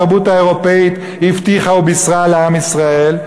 שהתרבות האירופית הבטיחה ובישרה לעם ישראל.